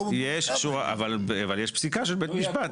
אבל יש פסיקה של בית משפט.